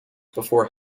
before